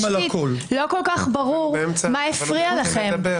לא ברור, מה הפריע לכם?